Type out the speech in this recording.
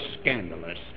scandalous